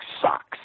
socks